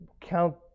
count